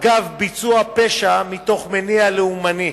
אגב ביצוע פשע מתוך מניע לאומני.